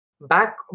Back